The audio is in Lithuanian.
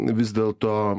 vis dėlto